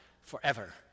forever